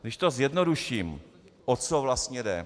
Když to zjednoduším, o co vlastně jde.